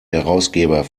herausgeber